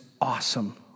awesome